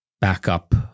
backup